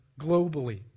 globally